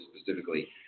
specifically